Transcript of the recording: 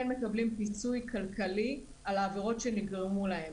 מקבלים פיצוי כלכלי על העבירות שנגרמו להם.